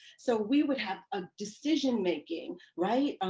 so we would have a decision making, right,